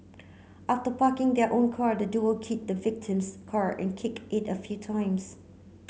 after parking their own car the duo keyed the victim's car and kicked it a few times